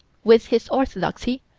with his orthodoxy,